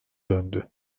döndü